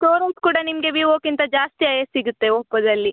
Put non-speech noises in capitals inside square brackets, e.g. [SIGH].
storage ಕೂಡ ನಿಮಗೆ ವಿವೋಕ್ಕಿಂತ ಜಾಸ್ತಿ [UNINTELLIGIBLE] ಸಿಗುತ್ತೆ ಓಪ್ಪೊದಲ್ಲಿ